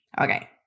Okay